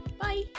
Bye